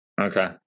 Okay